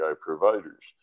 providers